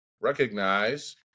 recognize